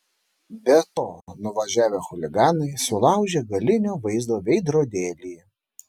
be to nuvažiavę chuliganai sulaužė galinio vaizdo veidrodėlį